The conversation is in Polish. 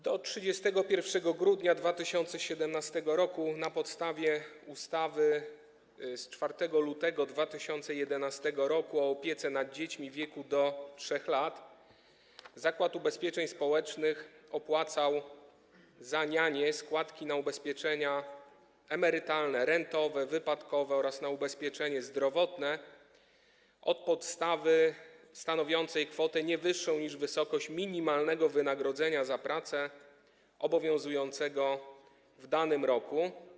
Do 31 grudnia 2017 r., na podstawie ustawy z 4 lutego 2011 r. o opiece nad dziećmi w wieku do 3 lat, Zakład Ubezpieczeń Społecznych opłacał za nianię składki na ubezpieczenia emerytalne, rentowe, wypadkowe oraz na ubezpieczenie zdrowotne od podstawy stanowiącej kwotę nie wyższą niż wysokość minimalnego wynagrodzenia za pracę obowiązującego w danym roku.